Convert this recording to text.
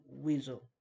Weasel